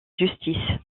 justice